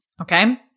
Okay